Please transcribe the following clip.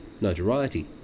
Notoriety